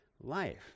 life